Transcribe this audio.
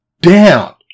down